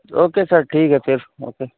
okay sir ٹھیک ہے پھر اوکے